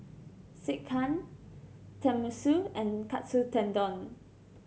Sekihan Tenmusu and Katsu Tendon